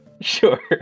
Sure